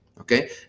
okay